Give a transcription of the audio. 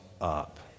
up